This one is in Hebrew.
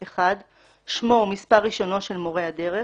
שמו ומספר רישיונו של מורה הדרך,